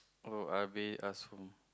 oh I be ask from